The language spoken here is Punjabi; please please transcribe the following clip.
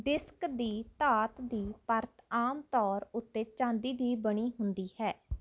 ਡਿਸਕ ਦੀ ਧਾਤ ਦੀ ਪਰਤ ਆਮ ਤੌਰ ਉੱਤੇ ਚਾਂਦੀ ਦੀ ਬਣੀ ਹੁੰਦੀ ਹੈ